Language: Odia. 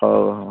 ହଉ ହଁ